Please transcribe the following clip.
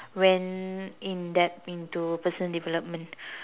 went in depth into personal development